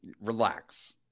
relax